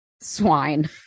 swine